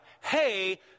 hey